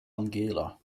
angela